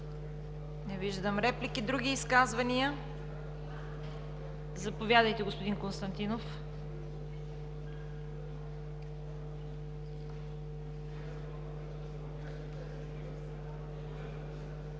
Не виждам. Други изказвания? Заповядайте, господин Константинов.